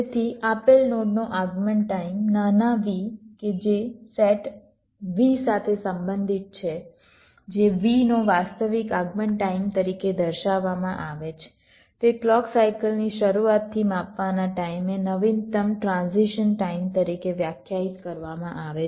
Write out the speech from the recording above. તેથી આપેલ નોડનો આગમન ટાઈમ નાના v કે જે સેટ V સાથે સંબંધિત છે જે v નો વાસ્તવિક આગમન ટાઈમ તરીકે દર્શાવવામાં આવે છે તે ક્લૉક સાયકલની શરૂઆતથી માપવાના ટાઈમે નવીનતમ ટ્રાન્ઝિશન ટાઈમ તરીકે વ્યાખ્યાયિત કરવામાં આવે છે